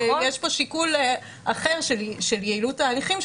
יש פה שיקול אחר של יעילות תהליכים,